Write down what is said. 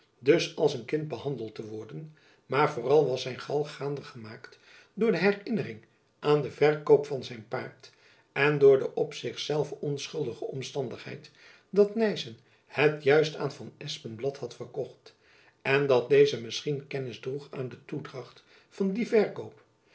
dus als een kind behandeld te worden maar vooral was zijn gal gaande gemaakt door de herinnering aan den verkoop van zijn paard en door de op zich zelve onschuldige omstandigheid dat nyssen het juist aan van espenblad had verkocht en dat deze misschien kennis droeg aan de toedracht van dien verkoop